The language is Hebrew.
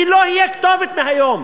אני לא אהיה כתובת מהיום.